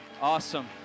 Awesome